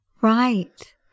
Right